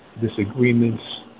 Disagreements